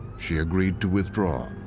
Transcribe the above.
she agreed to withdraw.